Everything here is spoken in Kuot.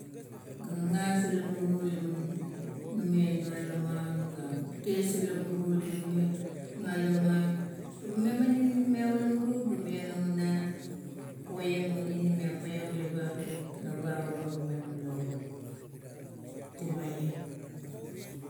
Ga gagas ula muru laman nume nualo maun, ga ties ula muru la nume nualo maun, ga memaning ninimiap ula muru, ga meonang poiang iro ninimiap maiong leba noba nau uro ninimiap lauro, temaieng.